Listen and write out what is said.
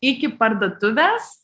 iki parduotuvės